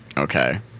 Okay